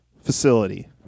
facility